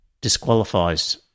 disqualifies